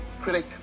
critic